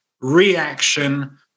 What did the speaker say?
reaction